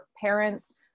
Parents